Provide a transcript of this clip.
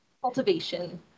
Cultivation